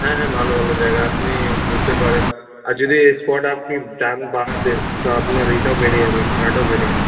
হ্যাঁ হ্যাঁ ভালো ভালো জায়গা আপনি ঘুরতে পারেন আর যদি স্পট আপনি চান বাড়াতে তা আপনার এটাও বেড়ে যাবে ভাড়াটাও বেড়ে যাবে